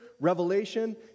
Revelation